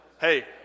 Hey